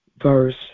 verse